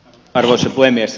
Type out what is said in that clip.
arvoisa puhemies